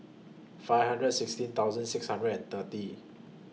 five hundred and sixteen thousand six hundred and thirty